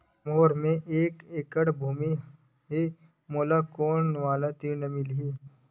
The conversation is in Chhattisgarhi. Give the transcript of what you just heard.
मोर मेर एक एकड़ भुमि हे मोला कोन वाला ऋण मिलही?